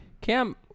Cam